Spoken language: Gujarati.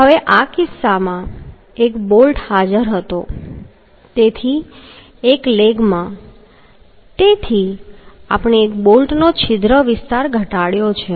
હવે આ કિસ્સામાં એક બોલ્ટ હાજર હતો તેથી એક લેગમાં તેથી આપણે એક બોલ્ટનો છિદ્ર વિસ્તાર ઘટાડ્યો છે